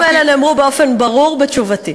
הדברים האלה נאמרו באופן ברור בתשובתי.